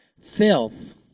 filth